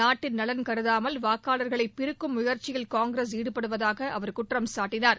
நாட்டின் நலன் கருதாமல் வாக்காளர்களை பிரிக்கும் முயற்சியில் காங்கிரஸ் ஈடுபடுவதாக அவர் குற்றம்சாட்டினார்